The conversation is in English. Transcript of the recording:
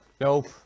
Nope